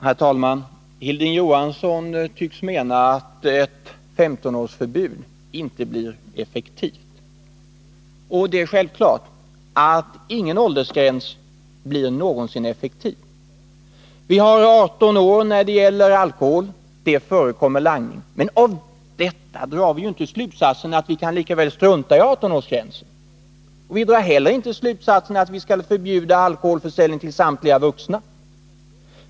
Herr talman! Hilding Johansson tycks mena att ett förbud med 15-årsgräns inte blir effektivt. Det är självklart att ingen åldersgräns någonsin blir effektiv. Vi har gränsen 20 år när det gäller alkohol, och det förekommer langning. Men av detta drar vi ju inte slutsatsen att vi lika väl kan strunta i 20-årsgränsen. Och vi drar heller inte slutsatsen att vi skall förbjuda alkoholförsäljning till samtliga vuxna.